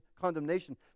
condemnation